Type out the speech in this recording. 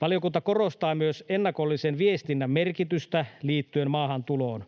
Valiokunta korostaa myös ennakollisen viestinnän merkitystä liittyen maahantuloon.